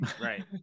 Right